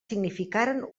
significaren